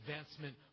advancement